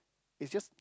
it's just